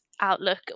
outlook